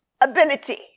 ability